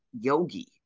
Yogi